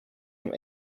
from